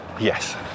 Yes